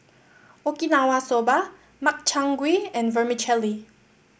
Okinawa Soba Makchang Gui and Vermicelli